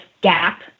gap